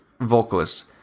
vocalist